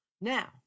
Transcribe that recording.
Now